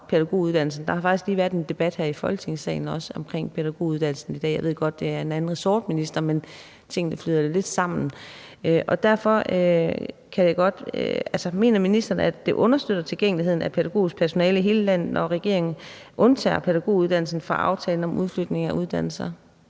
har der faktisk også lige været en debat her i Folketingssalen omkring pædagoguddannelsen i dag. Jeg ved godt, det er under en anden ressortminister, men tingene glider jo lidt sammen. Mener ministeren, at det understøtter tilgængeligheden af pædagogisk personale i hele landet, når regeringen undtager pædagoguddannelsen fra aftalen om udflytning af uddannelser?